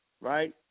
right